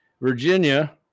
Virginia